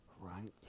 right